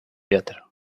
teatro